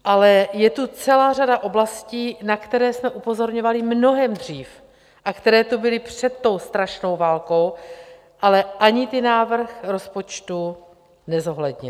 Ale je tu celá řada oblastí, na které jsme upozorňovali mnohem dřív a které tu byly před tou strašnou válkou, ale ani ty návrh rozpočtu nezohlednil.